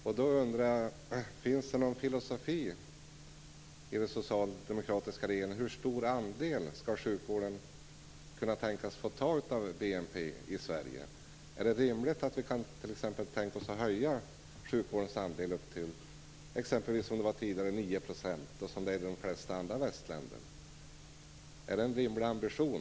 Har den socialdemokratiska regeringen någon filosofi om hur stor andel av BNP sjukvården i Sverige skall få ta? Är det rimligt att höja sjukvårdens andel upp till 9 %, som den låg på tidigare och där den ligger i de flesta andra västländer? Är det en rimlig ambition?